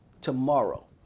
tomorrow